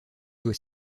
doit